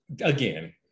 again